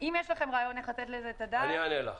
אם יש לכם רעיון איך לתת לזה את הדעת --- אני אענה לך.